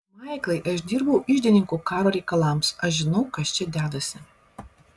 maiklai aš dirbau iždininku karo reikalams aš žinau kas čia dedasi